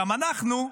גם אנחנו.